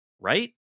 right